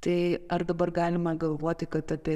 tai ar dabar galima galvoti kad apie